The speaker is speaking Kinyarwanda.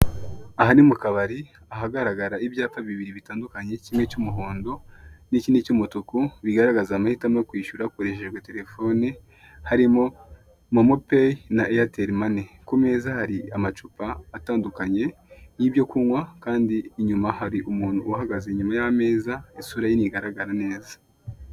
Aha ni mukabari, ahagaragara ibyapa bibiri bitandukanye, cyimwe cy'umuhondo nikindi cy'umutuku bigaragaza amahitamo y'okwishyura hakoreshejwe terefone, harimo momopeyi na eyateri mani. Ku meza hari amacupa atandukanye y'ibyo kunywa kandi inyuma hari umuntu uhagaze inyuma y'imeza isura ye ntigaragara neza.